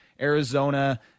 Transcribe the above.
Arizona